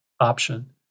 option